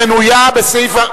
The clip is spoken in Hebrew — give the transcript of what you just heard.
המנויה בסעיף,